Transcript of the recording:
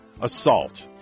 assault